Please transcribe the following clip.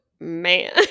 Man